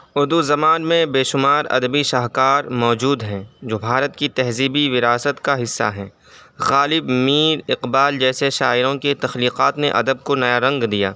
اردو زبان میں بے شمار ادبی شاہکار موجود ہیں جو بھارت کی تہذیبی وراثت کا حصہ ہیں غالب میر اقبال جیسے شاعروں کی تخلیقات نے ادب کو نیا رنگ دیا